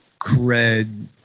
cred